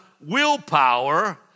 willpower